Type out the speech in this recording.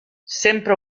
sempre